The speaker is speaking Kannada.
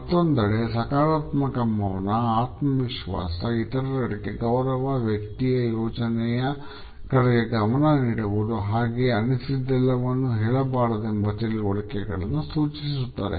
ಮತ್ತೊಂದೆಡೆ ಸಕಾರಾತ್ಮಕ ಮೌನ ಆತ್ಮವಿಶ್ವಾಸ ಇತರರೆಡೆಗೆ ಗೌರವ ವ್ಯಕ್ತಿಯ ಯೋಜನೆಯ ಕಡೆಗೆ ಗಮನ ನೀಡುವುದು ಹಾಗೆಯೇ ಅನಿಸಿದ್ದೆಲ್ಲವನ್ನು ಹೇಳಬಾರದೆಂಬ ತಿಳುವಳಿಕೆಗಳನ್ನು ಸೂಚಿಸುತ್ತದೆ